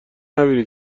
نبینی